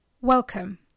Welcome